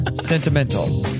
sentimental